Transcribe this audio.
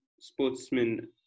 sportsmen